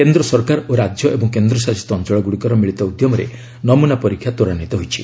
କେନ୍ଦ୍ର ସରକାର ଓ ରାଜ୍ୟ ଏବଂ କେନ୍ଦ୍ରଶାସିତ ଅଞ୍ଚଳଗୁଡ଼ିକର ମିଳିତ ଉଦ୍ୟମରେ ନମୁନା ପରୀକ୍ଷା ତ୍ୱରାନ୍ଧିତ ହୋଇଛି